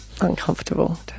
uncomfortable